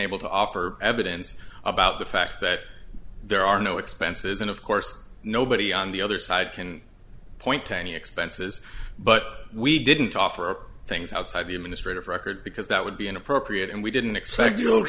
able to offer evidence about the fact that there are no expenses and of course nobody on the other side can point to any expenses but we didn't offer things outside the administrative record because that would be inappropriate and we didn't expect